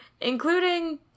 including